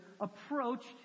approached